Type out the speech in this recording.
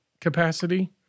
capacity